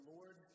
Lord